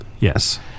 Yes